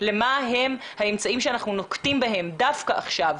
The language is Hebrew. מה הם האמצעים שאנחנו נוקטים בהם דווקא עכשיו,